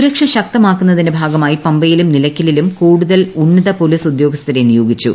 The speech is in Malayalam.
സുരക്ഷ ശക്തമാക്കുന്നതിന്റെ ഭാഗമായി പമ്പയിലും നിലയ്ക്കലിലും കൂടുതൽ ഉന്നത പൊലീസ് ഉദ്യോഗസ്ഥരെ നിയോഗിച്ചു